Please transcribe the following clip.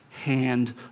Hand